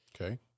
Okay